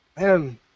man